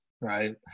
Right